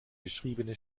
beschriebene